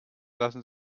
lassen